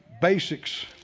basics